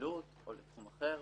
בשילוט או בתחום אחר,